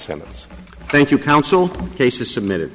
sentence thank you counsel cases submitted